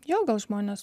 jo gal žmonės